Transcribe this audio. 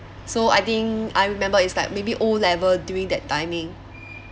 so I think I remember it's like maybe o level during that timing